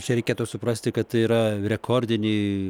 čia reikėtų suprasti kad tai yra rekordiniai